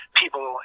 people